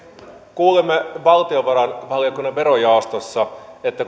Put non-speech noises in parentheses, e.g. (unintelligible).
kuulimme valtiovarainvaliokunnan verojaostossa että (unintelligible)